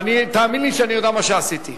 תאמין לי שאני יודע מה עשיתי.